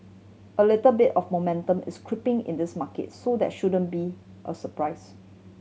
a little bit of momentum is creeping in this market so that shouldn't be a surprise